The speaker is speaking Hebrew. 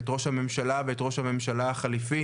את ראש הממשלה ואת ראש הממשלה החליפי,